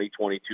2022